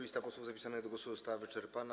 Lista posłów zapisanych do głosu została wyczerpana.